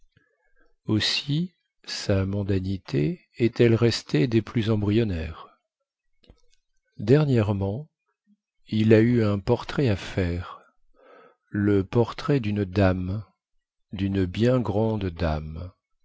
aussi sa mondanité est-elle restée des plus embryonnaires dernièrement il a eu un portrait à faire le portrait dune dame dune bien grande dame